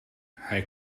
hij